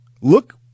look